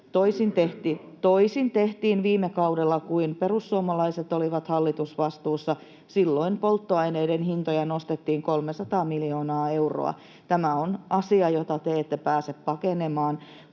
Toisin tehtiin viime kaudella, kun perussuomalaiset olivat hallitusvastuussa. Silloin polttoaineiden hintoja nostettiin 300 miljoonaa euroa. Tämä on asia, jota te ette pääse pakenemaan,